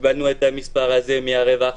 קיבלנו את המספר הזה מהרווחה.